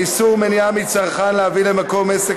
איסור מניעה מצרכן להביא למקום עסק